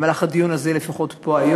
במהלך הדיון פה היום,